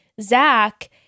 Zach